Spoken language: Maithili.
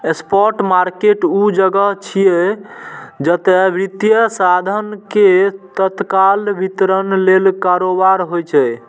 स्पॉट मार्केट ऊ जगह छियै, जतय वित्तीय साधन के तत्काल वितरण लेल कारोबार होइ छै